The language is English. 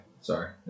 Sorry